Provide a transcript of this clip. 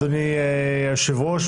אדוני היושב-ראש,